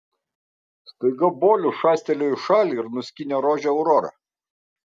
staiga bolius šastelėjo į šalį ir nuskynė rožę aurora